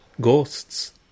ghosts